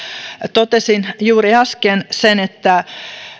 totesin juuri äsken sen että